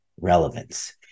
relevance